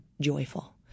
joyful